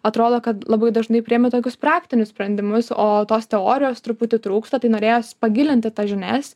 atrodo kad labai dažnai priimi tokius praktinius sprendimus o tos teorijos truputį trūksta tai norėjosi pagilinti žinias